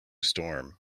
storm